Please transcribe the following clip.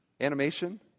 animation